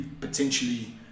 potentially